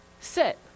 sit